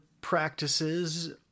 practices